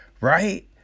right